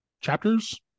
chapters